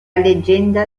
leggenda